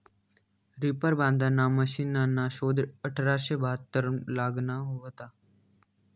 reaper बांधाना मशिनना शोध अठराशे बहात्तरमा लागना व्हता